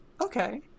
Okay